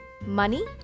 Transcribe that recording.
money